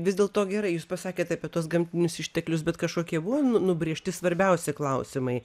vis dėlto gerai jūs pasakėt apie tuos gamtinius išteklius bet kažkokie buvo nu nubrėžti svarbiausi klausimai